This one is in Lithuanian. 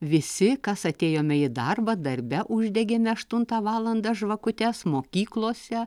visi kas atėjome į darbą darbe uždegėme aštuntą valandą žvakutes mokyklose